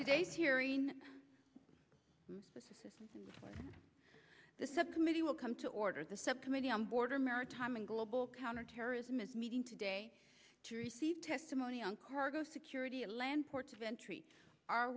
today's hearing assistance and the subcommittee will come to order the subcommittee on border maritime and global counterterrorism is meeting today to receive testimony on cargo security and land ports of entry are